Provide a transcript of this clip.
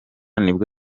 nibwo